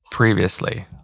previously